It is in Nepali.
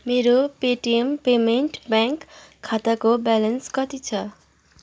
मेरो पेटिएम पेमेन्ट ब्याङ्क खाताको ब्यालेन्स कति छ